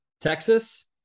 Texas